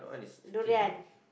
durian